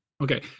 Okay